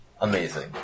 amazing